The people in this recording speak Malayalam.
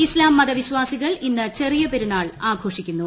ഇസ്താം മത വിശ്വാസികൾ ഇന്ന് ചെറിയ പെരുന്നാൾ ആഘോഷിക്കുന്നു